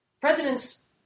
Presidents